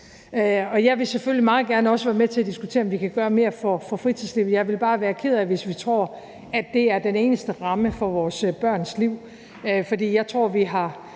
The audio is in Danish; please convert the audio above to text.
Jeg vil selvfølgelig meget gerne også være med til at diskutere, om vi kan gøre mere for fritidslivet. Jeg vil bare være ked af det, hvis vi tror, at det er den eneste ramme for vores børns liv. For jeg tror, vi har